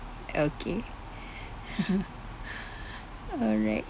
okay alright